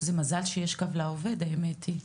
זה מזל שיש קו לעובד האמת היא,